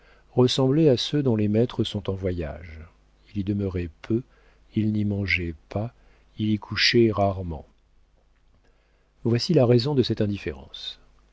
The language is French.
ressemblait à ceux dont les maîtres sont en voyage il y demeurait peu il n'y mangeait pas il y couchait rarement voici la raison de cette indifférence